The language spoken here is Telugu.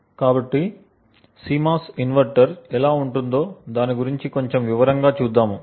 కాబట్టి CMOS ఇన్వర్టర్ ఎలా ఉంటుందో దాని గురించి కొంచెం వివరంగా చూద్దాము